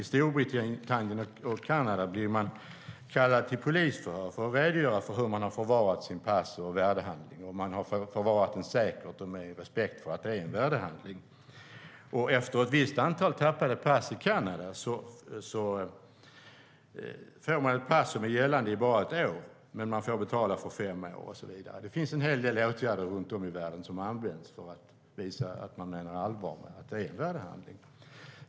I Storbritannien och Kanada blir man kallad till polisförhör för att redogöra för hur man har förvarat sitt pass, om man har förvarat det säkert och med respekt för att det är en värdehandling. Efter ett visst antal tappade pass i Kanada får man ett pass som gäller i bara ett år, men man får betala för fem år och så vidare. Det finns en hel del åtgärder som används runt om i världen för att visa att man menar allvar med att passet är en värdehandling.